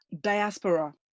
Diaspora